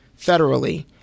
federally